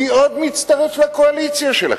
מי עוד מצטרף לקואליציה שלכם?